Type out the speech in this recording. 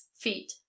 feet